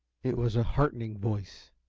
it was a heartening voice,